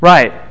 Right